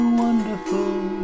wonderful